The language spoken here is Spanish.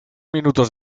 minutos